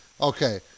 Okay